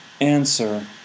answer